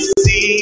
see